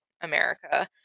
America